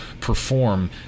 perform